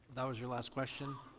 that was your last question.